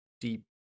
deep